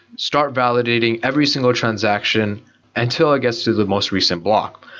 start validating every single transaction until it gets to the most recent block.